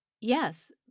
Yes